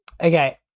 Okay